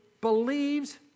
believes